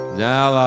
now